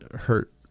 hurt